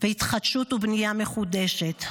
בהתחדשות ובנייה מחודשת.